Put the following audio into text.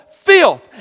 Filth